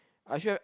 I should have